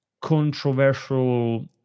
controversial